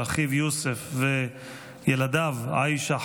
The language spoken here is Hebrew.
שאחיו יוסף וילדיו עיישה,